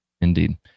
Indeed